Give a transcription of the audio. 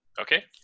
Okay